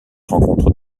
rencontre